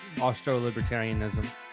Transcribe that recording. Austro-libertarianism